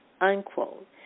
unquote